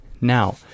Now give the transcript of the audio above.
Now